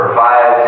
five